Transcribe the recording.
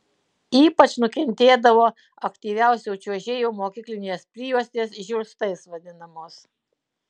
ypač nukentėdavo aktyviausių čiuožėjų mokyklinės prijuostės žiurstais vadinamos